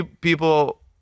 people